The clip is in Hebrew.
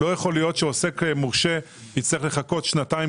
לא יכול להיות שעוסק מורשה יצטרך לחכות שנתיים